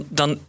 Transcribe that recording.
dan